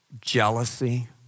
jealousy